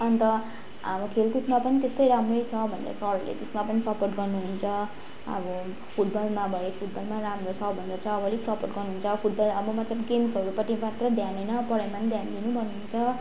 अन्त अब खेलकुदमा पनि त्यस्तै राम्रै छ भनेर सरले त्यसमा पनि सपोर्ट गर्नुहुन्छ अब फुटबलमा भए फुटबलमा राम्रो छ भनेर चाहिँ अब अलिक सपोर्ट गर्नुहुन्छ फुटबल अब मतलब गेम्सहरूपट्टि मात्र ध्यान होइन पढाइमा नि ध्यान दिनु भन्नुहुन्छ